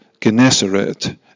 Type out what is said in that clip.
Gennesaret